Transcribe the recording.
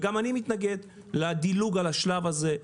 וגם אני מתנגד לדילוג על השלב הזה.